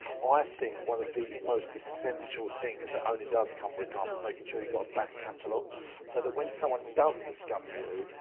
i think one of the most essential things that only does come with time is making sure you got a back catalog so that when someone does discover you,